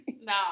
No